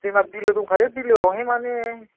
जोंना बिलो दंखायो बिलो आव हाय मानि